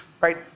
right